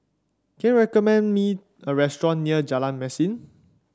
can you recommend me a restaurant near Jalan Mesin